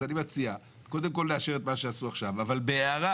אז אני מציע קודם כל לאשר את מה שעשו עכשיו אבל בהערה